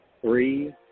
three